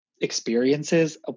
experiences